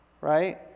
right